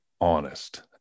honest